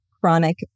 chronic